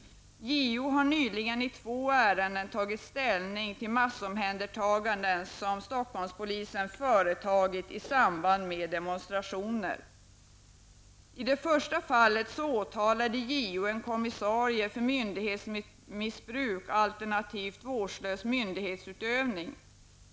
JO har nyligen i två ärenden tagit ställning till massomhändertaganden som Stockholmspolisen företagit i samband med demonstrationer. I det första fallet åtalade JO en kommissarie för myndighetsmissbruk alternativt vårdslös myndighetsutövning.